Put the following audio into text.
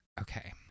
Okay